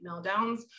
meltdowns